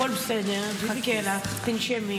הכול בסדר, נחכה לך.